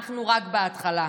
אנחנו רק בהתחלה.